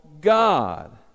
God